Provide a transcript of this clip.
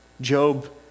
Job